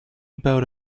about